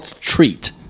treat